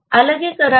अलगीकरण isolation